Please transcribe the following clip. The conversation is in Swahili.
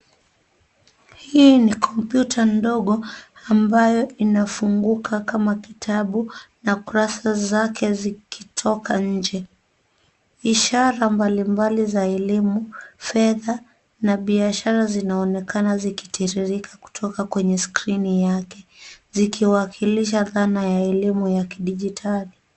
Hii ni kompyuta ndogo ambayo inafunguka kama kitabu na kurasa zake zikitoka nje. Ishara mbalimbali za elimu, fedha na biashara zinaonekana zikitiririka kutoka kwenye skrini yake, zikiwakilisha dhana ya elimu ya kidijitali.